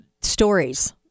stories